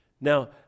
Now